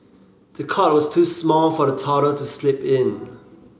the cot was too small for the toddler to sleep in